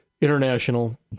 international